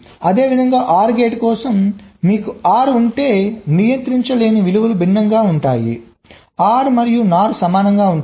అదేవిధంగా OR gate కోసం మీకు OR ఉంటే నియంత్రించలేని విలువలు భిన్నంగా ఉంటాయి OR మరియు NOR సమానంగా ఉంటాయి